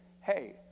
hey